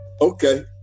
okay